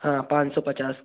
हाँ पाँच सौ पचास